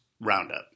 Roundup